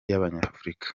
y’abanyafurika